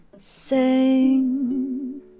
sing